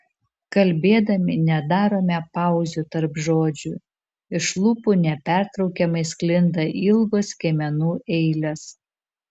kalbėdami nedarome pauzių tarp žodžių iš lūpų nepertraukiamai sklinda ilgos skiemenų eilės